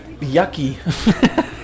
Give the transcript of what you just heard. yucky